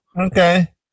okay